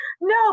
No